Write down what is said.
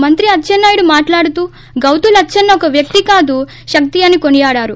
మంత్రి అచ్చెన్నాయుడు మాట్లాడుతూ గౌతు లచ్చన్న ఒక వ్యక్తి కాదు శక్తి అని కొనియాడారు